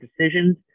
decisions